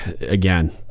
again